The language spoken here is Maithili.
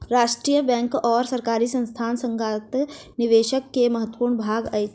राष्ट्रीय बैंक और सरकारी संस्थान संस्थागत निवेशक के महत्वपूर्ण भाग अछि